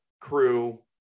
crew